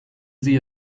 sie